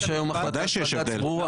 ודאי שיש הבדל.